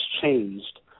changed